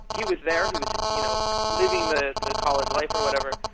he was there. he was you know living the college life, or whatever,